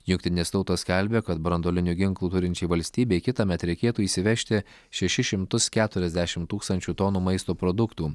jungtinės tautos skelbia kad branduolinių ginklų turinčiai valstybei kitąmet reikėtų įsivežti šešis šimtus ketuiasdešimt tūkstančių tonų maisto produktų